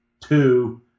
two